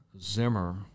Zimmer